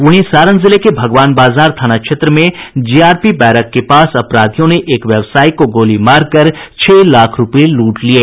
वहीं सारण जिले के भगवान बाजार थाना क्षेत्र में जीआरपी बैरक के पास अपराधियों ने एक व्यवसायी को गोली मारकर छह लाख रूपये लूट लिये